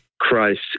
Christ